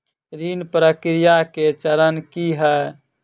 ऋण प्रक्रिया केँ चरण की है?